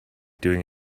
doing